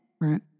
Right